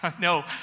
No